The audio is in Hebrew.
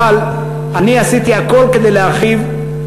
אבל אני עשיתי הכול כדי להרחיב,